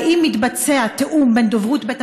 4. האם מתבצע תיאום בין דוברות בית